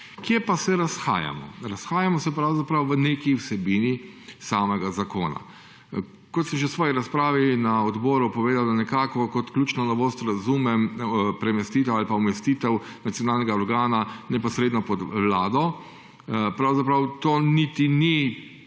Kje pa se razhajamo? Razhajamo se pravzaprav v neki vsebini samega zakona. Kot sem že v svoji razpravi na odboru povedal, da nekako kot ključno novost razumem premestitev ali umestitev nacionalnega organa neposredno pod vlado, pravzaprav to niti ni,